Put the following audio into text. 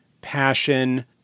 passion